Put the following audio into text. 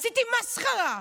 עשיתי מסחרה,